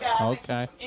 Okay